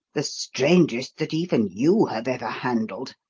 the strangest that even you have ever handled,